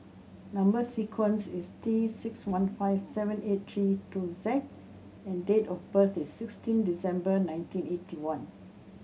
number sequence is T six one five seven eight three two Z and date of birth is sixteen December nineteen eighty one